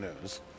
news